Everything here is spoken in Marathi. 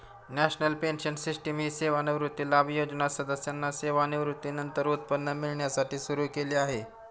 नॅशनल पेन्शन सिस्टीम ही सेवानिवृत्ती लाभ योजना सदस्यांना सेवानिवृत्तीनंतर उत्पन्न मिळण्यासाठी सुरू केली आहे